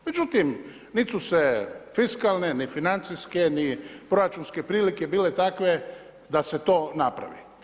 Međutim, nit su se fiskalne niti financijske ni proračunske prilike bile takve da se to napravi.